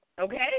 Okay